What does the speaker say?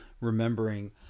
remembering